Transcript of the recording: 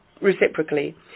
reciprocally